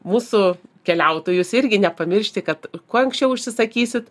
mūsų keliautojus irgi nepamiršti kad kuo anksčiau užsisakysit